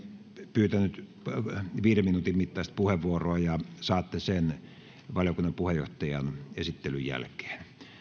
pyytänyt viiden minuutin mittaista puheenvuoroa ja saatte sen valiokunnan puheenjohtajan esittelyn jälkeen